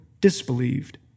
disbelieved